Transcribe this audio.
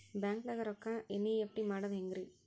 ಬ್ಯಾಂಕ್ದಾಗ ರೊಕ್ಕ ಎನ್.ಇ.ಎಫ್.ಟಿ ಮಾಡದ ಹೆಂಗ್ರಿ?